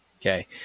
Okay